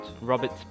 Robert